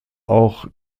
auch